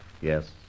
Yes